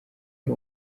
ari